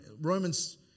Romans